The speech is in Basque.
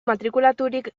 matrikulaturik